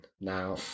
Now